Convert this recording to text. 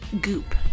goop